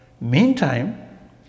Meantime